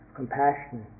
compassion